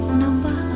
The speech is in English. number